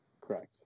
Correct